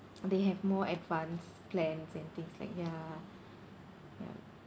they have more advanced plans and things like ya yup